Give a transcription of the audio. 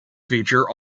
feature